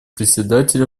председателя